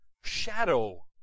shadow